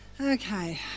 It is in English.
Okay